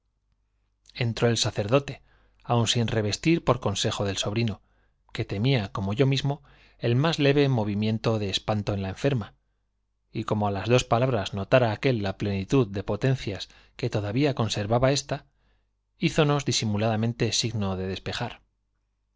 entró el sacerdote aún sin revestir por consejo del sobrino que temía como yo mismo el más leve movimiento de espanto en la enferma y como á las dos notara aquél la plenitud de potencias palabras disimuladamente que todavía conservaba ésta hízonos entonces todos abandonamos signo de despejar